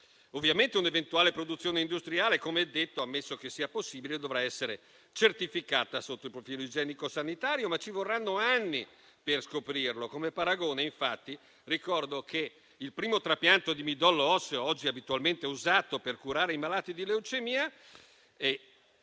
Ovviamente, una eventuale produzione industriale, ammesso che sia possibile, dovrà essere certificata sotto il profilo igienico sanitario, ma ci vorranno anni per scoprirlo. Come paragone, ricordo che il primo trapianto di midollo osseo, oggi abitualmente impiegato per curare i malati di leucemia (anche in